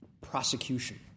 prosecution